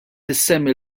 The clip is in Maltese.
insemmi